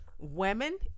women